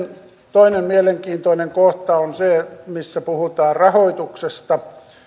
toinen mielenkiintoinen kohta on se missä puhutaan rahoituksesta